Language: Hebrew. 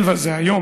זה היום,